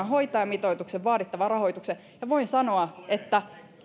hoitajamitoitukseen vaadittavan rahoituksen ja olemme löytäneet sen voin sanoa että